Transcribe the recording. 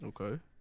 Okay